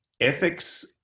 Ethics